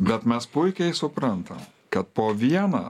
bet mes puikiai suprantam kad po vieną